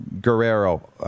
Guerrero